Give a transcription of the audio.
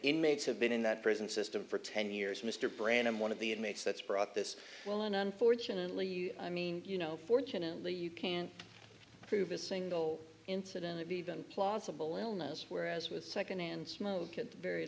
inmates have been in that prison system for ten years mr brandon one of the inmates that's brought this well and unfortunately i mean you know fortunately you can't prove a single incident to be been plausible illness whereas with secondhand smoke at the very